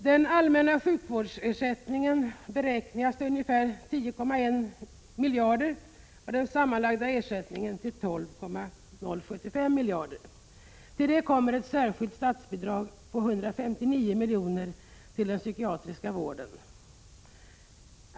Den allmänna sjukvårdsersättningen beräknas till ungefär 10,1 miljarder och den sammanlagda ersättningen till 12,075 miljarder. Till detta kommer ett särskilt statsbidrag på 159 miljoner till den psykiatriska vården.